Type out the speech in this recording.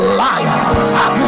liar